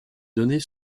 données